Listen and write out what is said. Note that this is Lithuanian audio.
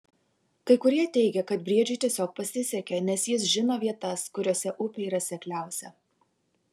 kai kurie teigė kad briedžiui tiesiog pasisekė nes jis žino vietas kuriose upė yra sekliausia